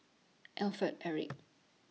Alfred Eric